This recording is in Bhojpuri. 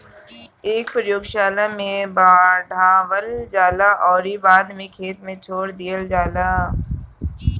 एके प्रयोगशाला में बढ़ावल जाला अउरी बाद में खेते में छोड़ दिहल जाला